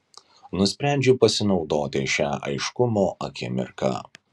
nusprendžiu pasinaudoti šia aiškumo akimirka